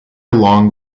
along